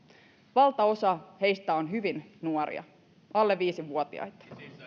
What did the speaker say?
valtaosa heistä on hyvin nuoria alle viisivuotiaita